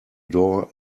door